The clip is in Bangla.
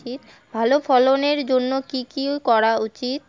ভালো ফলনের জন্য কি কি করা উচিৎ?